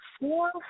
four